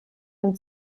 dem